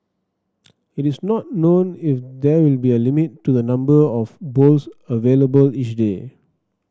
it is not known if there will be a limit to the number of bowls available each day